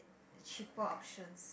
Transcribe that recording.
cheaper option